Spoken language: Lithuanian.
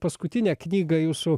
paskutinę knyga jūsų